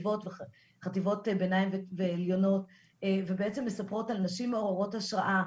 חטיבות ביניים וחטיבות עליונות שבעצם מספרות על נשים מעוררות השראה,